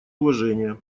уважения